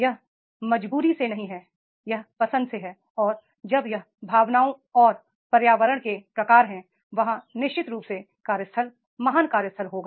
यह मजबूरी से नहीं है यह पसंद से है और जब यह भावनाओं और पर्यावरण के प्रकार हैं वहाँ निश्चित रूप से कार्यस्थल महान कार्यस्थल होगा